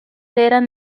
eran